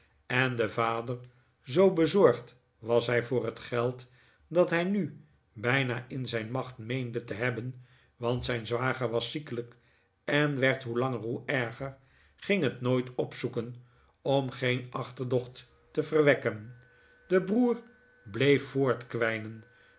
en de vader zoo bezorgd was hij voor het geld dat hij nu bijna in zijn macht meende te hebben want zijn zwager was ziekelijk en werd hoe langer hoe erger ging het nooit opzoeken om geen achterdocht te verwekken de broer bleef